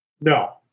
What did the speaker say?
No